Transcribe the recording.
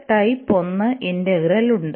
type 1 integral ഉണ്ട്